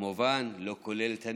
כמובן לא כולל את הנגב.